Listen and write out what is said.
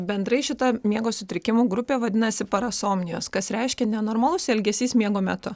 bendrai šita miego sutrikimų grupė vadinasi parasomnijos kas reiškia nenormalus elgesys miego metu